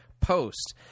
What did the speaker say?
Post